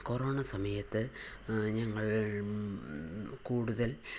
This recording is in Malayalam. കൊറോണ സമയത്ത് ഞങ്ങൾ കൂടുതൽ